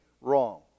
wrong